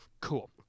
Cool